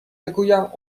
بگویم